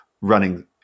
running